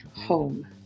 home